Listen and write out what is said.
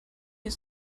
ist